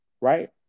Right